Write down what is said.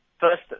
first